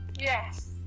Yes